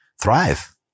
thrive